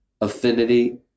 affinity